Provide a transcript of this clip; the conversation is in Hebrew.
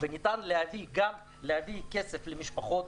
וניתן להביא כסף למשפחות.